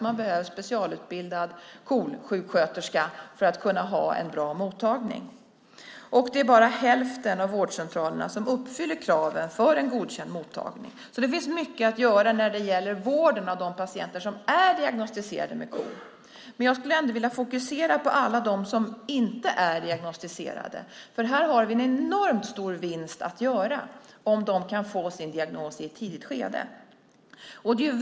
Det behövs en specialutbildad KOL-sjuksköterska för att kunna ha en bra mottagning. Bara hälften av vårdcentralerna uppfyller kraven för en godkänd mottagning. Det finns alltså mycket att göra när det gäller vården av patienter som är KOL-diagnostiserade. Jag skulle ändå vilja fokusera på alla som inte är diagnostiserade, för en enormt stor vinst kan göras om dessa människor i ett tidigt skede kan få sin diagnos.